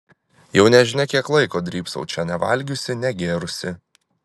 jau nežinia kiek laiko drybsau čia nevalgiusi negėrusi